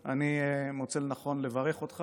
אני מוצא לנכון לברך אותך